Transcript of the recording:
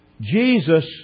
Jesus